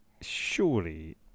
surely